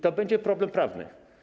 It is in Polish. To będzie problem prawny.